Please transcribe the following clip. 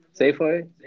Safeway